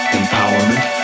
empowerment